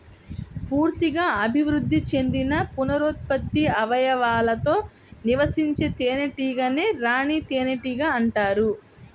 పూర్తిగా అభివృద్ధి చెందిన పునరుత్పత్తి అవయవాలతో నివసించే తేనెటీగనే రాణి తేనెటీగ అంటారు